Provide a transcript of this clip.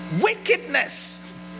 wickedness